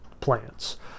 plants